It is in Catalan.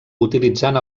utilitzant